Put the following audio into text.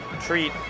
treat